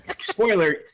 spoiler